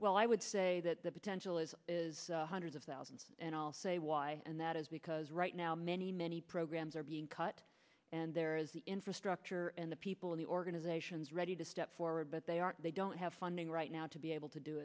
well i would say that the potential is hundreds of thousands and i'll say why and that is because right now many many programs are being cut and there is the infrastructure and the people in the organizations ready to step forward but they are they don't have funding right now to be able to do